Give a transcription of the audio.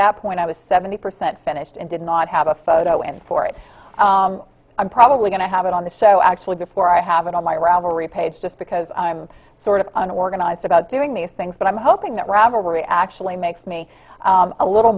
that point i was seventy percent finished and did not have a photo and for it i'm probably going to have it on the show actually before i have it on my ravelry page just because i'm sort of an organized about doing these things but i'm hoping that ravelry actually makes me a little